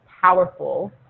powerful